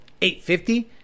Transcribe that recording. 850